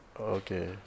Okay